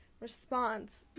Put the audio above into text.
response